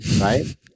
right